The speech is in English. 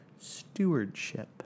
stewardship